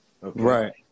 Right